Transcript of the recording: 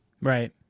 right